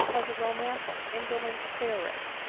was a romantic, indolent theorist,